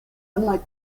unlike